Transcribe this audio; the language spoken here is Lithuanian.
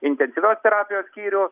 intensyvios terapijos skyrių